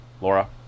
Laura